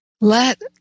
Let